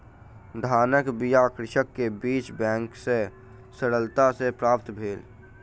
धानक बीया कृषक के बीज बैंक सॅ सरलता सॅ प्राप्त भेल